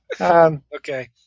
Okay